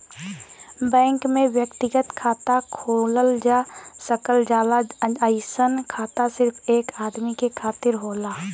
bank में व्यक्तिगत खाता खोलल जा सकल जाला अइसन खाता सिर्फ एक आदमी के खातिर होला